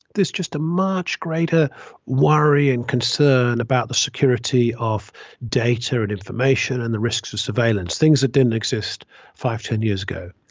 this just a much greater worry and concern about the security of data and information and the risks of surveillance. things that didn't exist five, ten years ago.